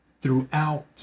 throughout